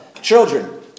Children